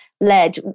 led